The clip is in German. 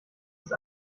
ist